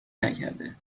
نکرده